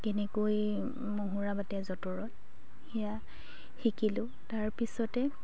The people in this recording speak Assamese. কেনেকৈ মহুৰা বাটে যঁতৰত সেয়া শিকিলোঁ তাৰপিছতে